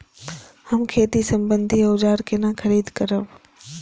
हम खेती सम्बन्धी औजार केना खरीद करब?